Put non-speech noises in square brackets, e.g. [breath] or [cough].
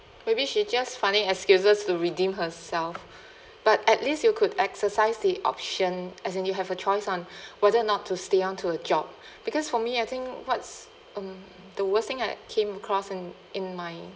maybe she just finding excuses to redeem herself [breath] but at least you could exercise the option as in you have a choice on [breath] whether or not to stay on to a job [breath] because for me I think what's um the worst thing I came across in in my